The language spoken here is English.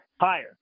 Higher